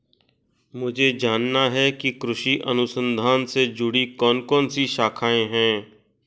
मुझे जानना है कि कृषि अनुसंधान से जुड़ी कौन कौन सी शाखाएं हैं?